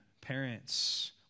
parents